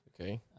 Okay